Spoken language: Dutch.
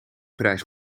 prijs